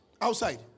outside